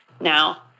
now